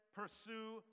pursue